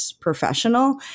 professional